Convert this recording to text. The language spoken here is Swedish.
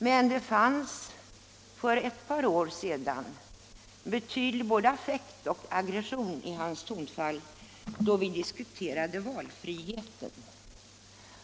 Men det fanns för ett par år sedan både affekt och aggression i hans tonfall då vi diskuterade valfriheten.